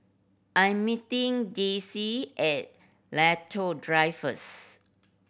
I'm meeting Dicie at Lentor Drive first